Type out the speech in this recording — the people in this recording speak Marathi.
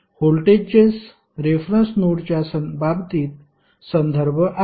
व्होल्टेजेस रेफरन्स नोडच्या बाबतीत संदर्भ आहेत